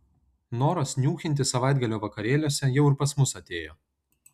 noras niūchinti savaitgalio vakarėliuose jau ir pas mus atėjo